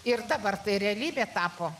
ir dabar tai realybe tapo